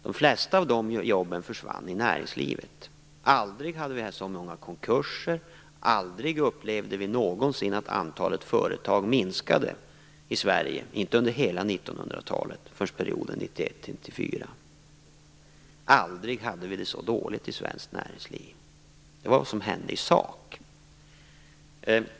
De flesta av de jobben försvann i näringslivet. Aldrig hade vi sett så många konkurser. Aldrig upplevde vi någonsin att antalet företag minskade i Sverige, inte under hela 1900-talet, förrän perioden 1991-1994. Aldrig hade vi det så dåligt i svenskt näringsliv. Det var vad som hände i sak.